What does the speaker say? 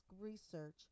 research